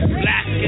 black